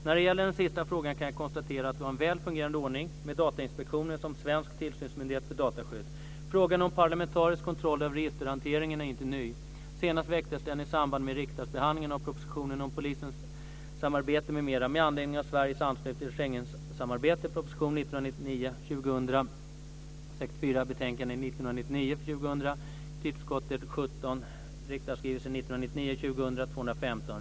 När det gäller den sista frågan kan jag konstatera att vi har en väl fungerande ordning med Datainspektionen som svensk tillsynsmyndighet för dataskydd. Frågan om parlamentarisk kontroll av registerhanteringen är inte ny; senast väcktes den i samband med riksdagsbehandlingen av propositionen om polissamarbete m.m. med anledning av Sveriges anslutning till Schengensamarbetet .